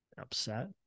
upset